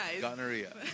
Gonorrhea